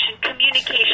communication